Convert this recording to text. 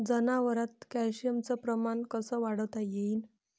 जनावरात कॅल्शियमचं प्रमान कस वाढवता येईन?